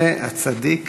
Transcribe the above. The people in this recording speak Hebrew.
והצדיק,